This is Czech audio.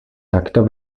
takto